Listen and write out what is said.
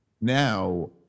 Now